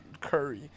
Curry